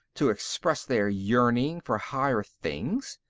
to express their yearning for higher things,